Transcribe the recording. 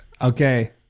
Okay